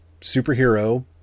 superhero